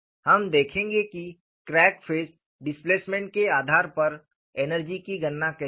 हम देखेंगे कि क्रैक फेज डिस्प्लेसमेंट के आधार पर एनर्जी की गणना कैसे करें